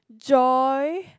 joy